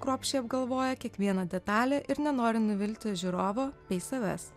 kruopščiai apgalvoja kiekvieną detalę ir nenori nuvilti žiūrovo bei savęs